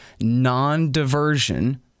non-diversion